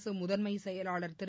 அரசுமுதன்மைச் செயலாளர் திரு